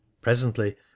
Presently